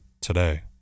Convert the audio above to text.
today